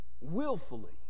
willfully